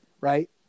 right